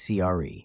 CRE